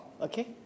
okay